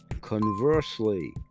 Conversely